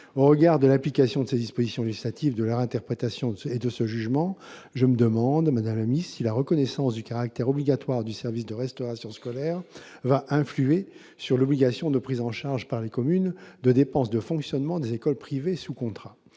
Au regard de l'application de ces dispositions législatives, de leur interprétation et de ce jugement, je me demande, madame la ministre, si la reconnaissance du caractère obligatoire du service de restauration scolaire va influer sur l'obligation de prise en charge, par les communes, de dépenses de fonctionnement des écoles privées sous contrat.